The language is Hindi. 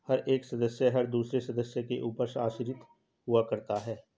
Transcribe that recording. हर एक सदस्य हर दूसरे सदस्य के ऊपर आश्रित हुआ करता है